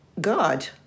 God